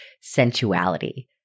sensuality